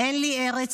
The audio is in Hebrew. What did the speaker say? "אין לי ארץ